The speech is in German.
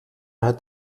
hat